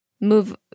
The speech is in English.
move